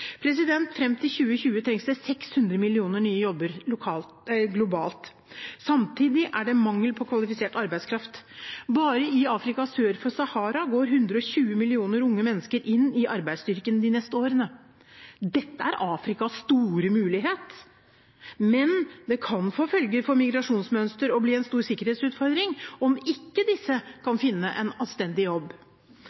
til 2020 trengs det 600 millioner nye jobber globalt. Samtidig er det mangel på kvalifisert arbeidskraft. Bare i Afrika sør for Sahara går 120 millioner unge mennesker inn i arbeidsstyrken de neste årene. Dette er Afrikas store mulighet. Men det kan få følger for migrasjonsmønsteret og bli en stor sikkerhetsutfordring om ikke disse